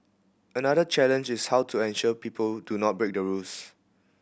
another challenge is how to ensure people do not break the rules